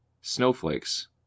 Snowflakes